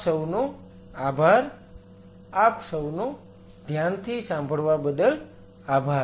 આપ સૌનો આભાર આપ સૌનો ધ્યાનથી સાંભળવા બદલ આભાર